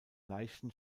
leichten